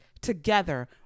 together